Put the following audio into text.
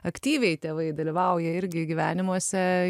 aktyviai tėvai dalyvauja irgi gyvenimuose